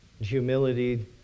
humility